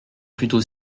plutôt